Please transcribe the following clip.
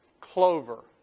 Clover